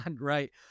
right